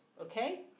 Okay